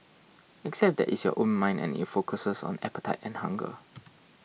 except that it's your own mind and it focuses on appetite and hunger